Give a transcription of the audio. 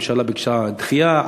הממשלה ביקשה דחייה.